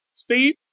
Steve